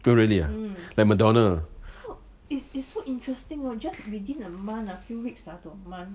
oh really uh like madonna uh